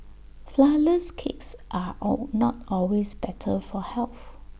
Flourless Cakes are all not always better for health